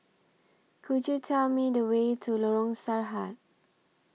Could YOU Tell Me The Way to Lorong Sarhad